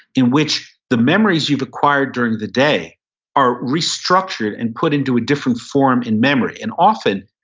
in which the memories you've acquired during the day are restructured and put into a different form in memory. and often,